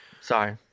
Sorry